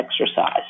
exercise